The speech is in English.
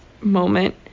moment